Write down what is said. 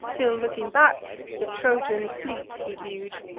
till, looking back, the trojan fleet he view'd,